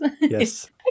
Yes